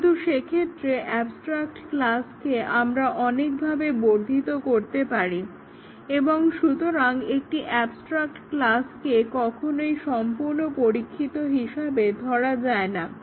কিন্তু সেক্ষেত্রে এ্যবস্ট্রাক্ট ক্লাসকে আমরা অনেকভাবে বর্ধিত করতে পারি এবং সুতরাং একটি এ্যবস্ট্রাক্ট ক্লাসকে কখনোই সম্পূর্ণ পরীক্ষিত হিসাবে ধরা যায় না